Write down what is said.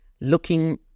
looking